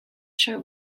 show